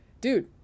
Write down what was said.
Dude